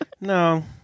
No